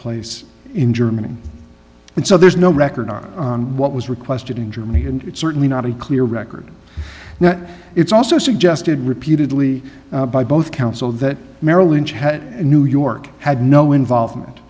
place in germany and so there's no record of what was requested in germany and it's certainly not a clear record now it's also suggested repeatedly by both counsel that merrill lynch had a new york had no involvement